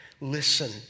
Listen